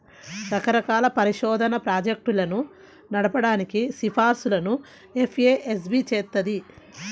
రకరకాల పరిశోధనా ప్రాజెక్టులను నడపడానికి సిఫార్సులను ఎఫ్ఏఎస్బి చేత్తది